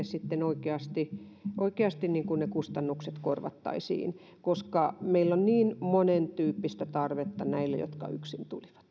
sitten oikeasti oikeasti ne kustannukset korvattaisiin koska meillä on niin monentyyppistä tarvetta näille jotka yksin tulivat